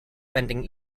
bending